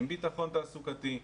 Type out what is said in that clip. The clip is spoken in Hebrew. עם ביטחון תעסוקתי,